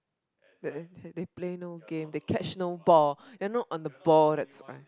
they they play no game they catch no ball they are not on the ball that's why